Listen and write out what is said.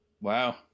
Wow